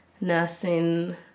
nursing